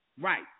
Right